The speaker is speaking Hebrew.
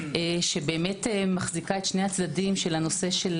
שבאמת מחזיקה את שני הצדדים של הנושא של